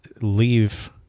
leave